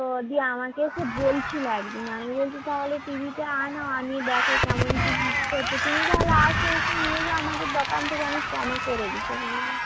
তো দিয়ে আমাকে এসে বলছিলো এক দিন আমি বলছি তাহলে টি ভিটা আনো আনিয়ে দেখো কেমন কী বিক্রি হচ্ছে তুমি তাহলে এসো এসে নিয়ে যাও আমাদের দোকান থেকে আমি কমে করে দিতে বলব